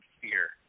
fear